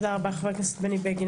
תודה רבה, חבר הכנסת בגין.